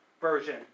version